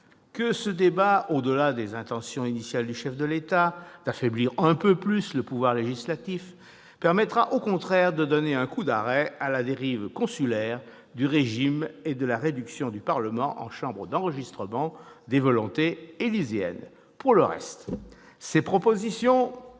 que ce débat, au-delà des intentions initiales du chef de l'État d'affaiblir un peu plus le pouvoir législatif, permettra, au contraire, de donner un coup d'arrêt à la dérive consulaire du régime et à la réduction du Parlement en une chambre d'enregistrement des volontés élyséennes- mes chers collègues,